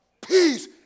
Peace